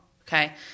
Okay